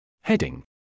Heading